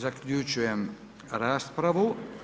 Zaključujem raspravu.